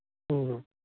ᱦᱮᱸ ᱦᱮᱸ